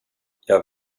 jag